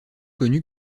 connu